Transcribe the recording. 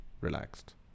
relaxed